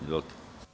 Izvolite.